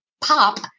Pop